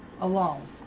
alone